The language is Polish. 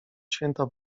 święta